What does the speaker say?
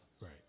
Right